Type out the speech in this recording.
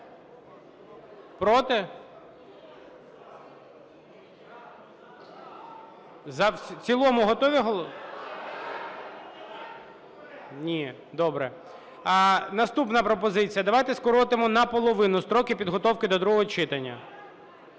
Проти? В цілому готові голосувати? Ні. Добре. Наступна пропозиція: давайте скоротимо наполовину строки підготовки до другого читання.